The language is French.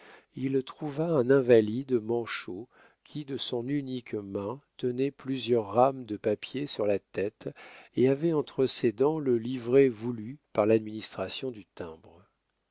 il trouva un invalide manchot qui de son unique main tenait plusieurs rames de papier sur la tête et avait entre ses dents le livret voulu par l'administration du timbre